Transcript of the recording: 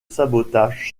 sabotage